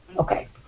Okay